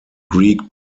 greek